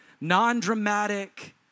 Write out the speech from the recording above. non-dramatic